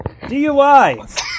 DUI